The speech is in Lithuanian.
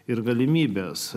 ir galimybes